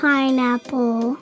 Pineapple